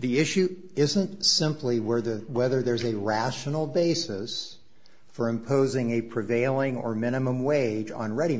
the issue isn't simply where the whether there is a rational basis for imposing a prevailing or minimum wage on ready